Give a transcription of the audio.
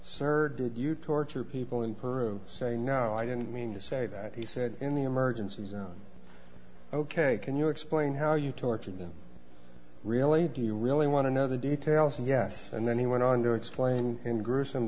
did you torture people in peru say no i didn't mean to say that he said in the emergency zone ok can you explain how you torture them really do you really want to know the details and yes and then he went on to explain in gruesome